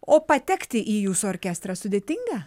o patekti į jūsų orkestrą sudėtinga